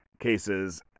cases